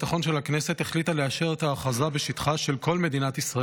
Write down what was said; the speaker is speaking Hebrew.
של הכנסת החליטה לאשר את ההכרזה בשטחה של כל מדינת ישראל,